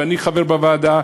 ואני חבר בוועדה,